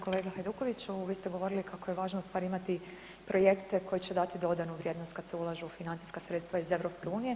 Kolega Hajdukoviću vi ste govorili kako je važno u stvari imati projekte koji će dati dodanu vrijednost kad se ulažu financijska sredstva iz EU.